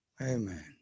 Amen